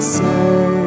say